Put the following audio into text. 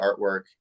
artwork